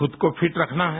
खुद को फिट रखना है